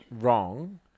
Wrong